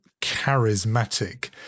charismatic